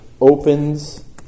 opens